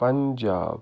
Punjab